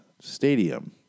Stadium